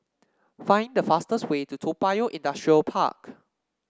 find the fastest way to Toa Payoh Industrial Park